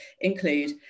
include